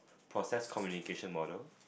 process communication model